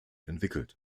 entwickelt